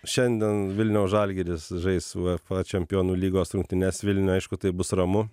šiandien vilniaus žalgiris žais uefa čempionų lygos rungtynes vilniuj aišku tai bus ramu